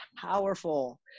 powerful